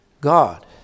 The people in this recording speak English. God